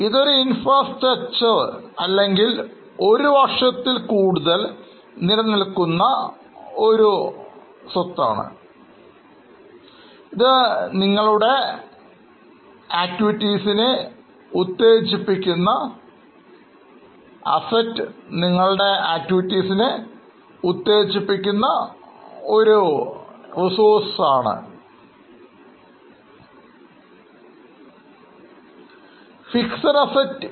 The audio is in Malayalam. ഇതൊരു ഇൻഫ്രാസ്ട്രക്ച്ചർ അല്ലെങ്കിൽ ഒരു വർഷത്തിൽ കൂടുതൽ നിലനിൽക്കുന്ന ഒരു സ്വത്താണ് ഇത് നിങ്ങളുടെ പ്രവർത്തനങ്ങളിൽ ഉത്തേജകമായി പ്രവർത്തിക്കുന്നു